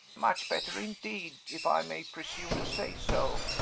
much better, indeed if i may presume to say so,